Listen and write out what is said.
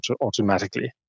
automatically